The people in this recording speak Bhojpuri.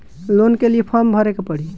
लोन के लिए फर्म भरे के पड़ी?